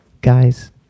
guys